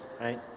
right